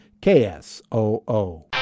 k-s-o-o